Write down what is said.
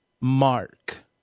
mark